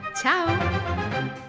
Ciao